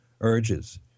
urges